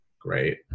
great